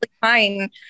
fine